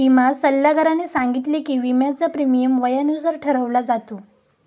विमा सल्लागाराने सांगितले की, विम्याचा प्रीमियम वयानुसार ठरवला जातो